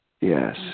Yes